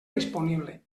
disponible